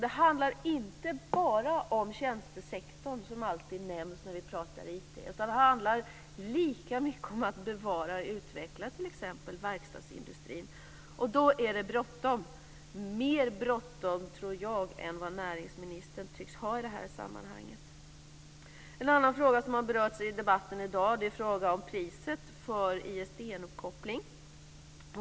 Det handlar inte bara om tjänstesektorn, som alltid nämns när vi pratar om IT. Det handlar lika mycket om att bevara och utveckla t.ex. verkstadsindustrin. Och då är det bråttom, mer bråttom, tror jag, än vad näringsministern tycks ha i det här sammanhanget. En annan fråga som har berörts i debatten i dag är frågan om priset för ISDN-uppkoppling.